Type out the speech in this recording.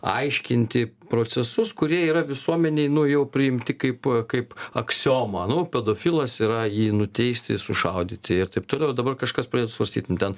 aiškinti procesus kurie yra visuomenėj nu jau priimti kaip kaip aksioma nu pedofilas yra jį nuteisti sušaudyti ir taip toliau ir dabar kažkas pradėtų svarstyt nu ten